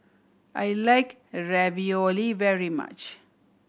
I like Ravioli very much